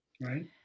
Right